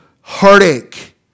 heartache